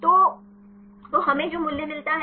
तो तो हमें जो मूल्य मिलता है